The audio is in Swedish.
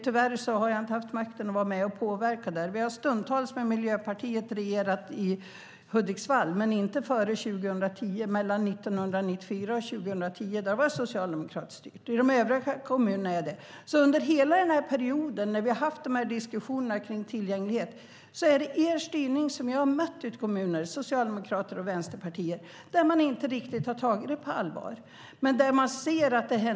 Tyvärr har jag inte haft makten att påverka. Vi har stundtals regerat tillsammans med Miljöpartiet i Hudiksvall, men inte före 2010. Mellan 1994 och 2010 var kommunen socialdemokratiskt styrt. Under hela perioden med diskussionerna om tillgänglighet är det ert styre jag har mött ute i kommunerna, det vill säga Socialdemokraterna och Vänsterpartiet. Och de har inte riktigt tagit frågorna på allvar.